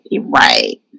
right